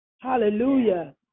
Hallelujah